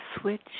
switch